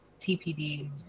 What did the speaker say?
TPD